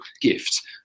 gift